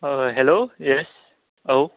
औ hello yes औ